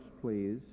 please